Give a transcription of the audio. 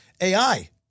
AI